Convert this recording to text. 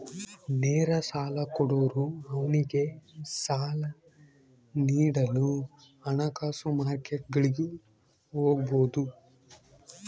ನೇರ ಸಾಲ ಕೊಡೋರು ಅವ್ನಿಗೆ ಸಾಲ ನೀಡಲು ಹಣಕಾಸು ಮಾರ್ಕೆಟ್ಗುಳಿಗೆ ಹೋಗಬೊದು